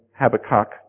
Habakkuk